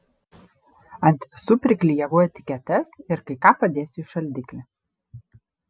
ant visų priklijavau etiketes ir kai ką padėsiu į šaldiklį